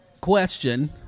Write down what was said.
question –